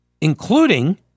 including